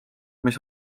mis